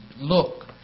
look